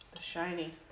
shiny